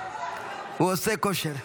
הוא עושה כושר.